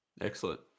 Excellent